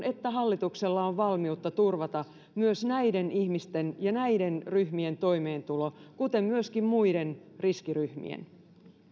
että hallituksella on valmiutta turvata myös näiden ihmisten ja näiden ryhmien toimeentulo kuten myöskin muiden riskiryhmien